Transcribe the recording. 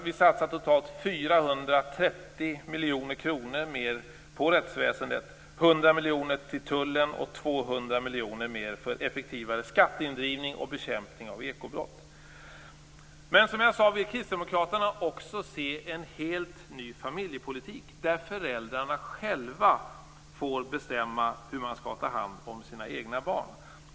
Totalt satsar vi 430 miljoner kronor mer på rättsväsendet, 100 miljoner kronor mer på Tullen och Kristdemokraterna vill också, som jag sade, se en helt ny familjepolitik, där föräldrarna själva får bestämma hur de skall ta hand om sina egna barn.